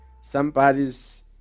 somebody's